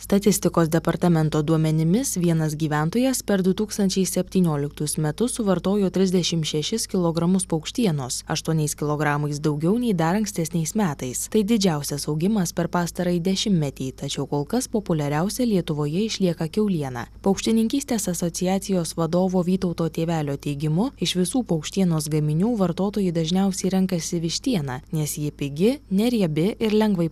statistikos departamento duomenimis vienas gyventojas per du tūkstančiai septynioliktus metus suvartojo trisdešim šešis kilogramus paukštienos aštuoniais kilogramais daugiau nei dar ankstesniais metais tai didžiausias augimas per pastarąjį dešimtmetį tačiau kol kas populiariausia lietuvoje išlieka kiauliena paukštininkystės asociacijos vadovo vytauto tėvelio teigimu iš visų paukštienos gaminių vartotojai dažniausiai renkasi vištieną nes ji pigi neriebi ir lengvai